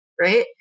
right